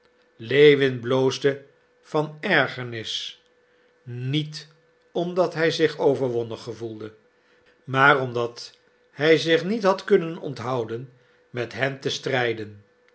lewin bloosde van ergernis niet omdat hij zich overwonnen gevoelde maar omdat hij zich niet had kunnen onthouden met hen te streden